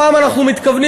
הפעם אנחנו מתכוונים,